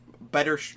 better